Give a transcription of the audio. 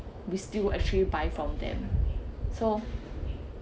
we still actually buy from them so